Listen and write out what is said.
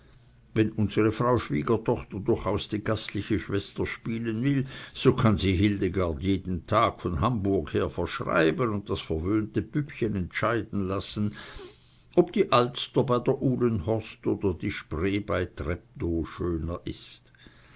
wenn unsre frau schwiegertochter durchaus die gastliche schwester spielen will so kann sie hildegard ja jeden tag von hamburg her verschreiben und das verwöhnte püppchen entscheiden lassen ob die alster bei der uhlenhorst oder die spree bei treptow schöner ist